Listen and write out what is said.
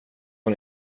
han